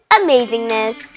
amazingness